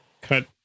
cut